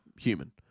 human